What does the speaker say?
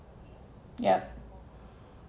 yeah